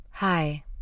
Hi